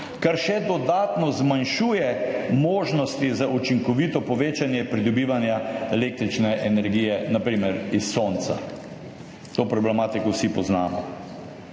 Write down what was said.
kar še dodatno zmanjšuje možnosti za učinkovito povečanje pridobivanja električne energije, na primer iz sonca. To problematiko vsi poznamo.